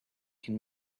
can